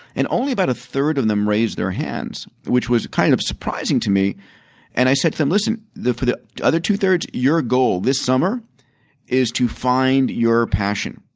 and only about a third of them raised their hands, which was kind of surprising to me and i said to them, listen, for the other two thirds, your goal this summer is to find your passion,